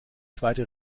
zweite